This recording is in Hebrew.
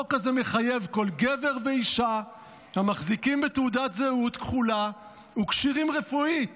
החוק הזה מחייב כל גבר ואישה המחזיקים בתעודת זהות כחולה וכשירים רפואית